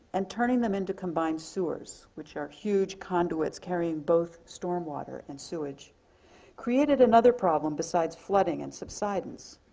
and turning them into combined sewers which are huge conduits carrying both storm water and sewage created another problem besides flooding and subsidence.